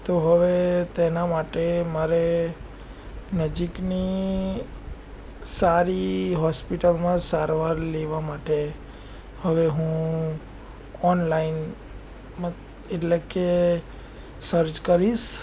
તો હવે તેના માટે મારે નજીકની સારી હોસ્પિટલમાં સારવાર લેવા માટે હવે હું ઓનલાઈન એટલે કે સર્ચ કરીશ